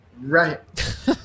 right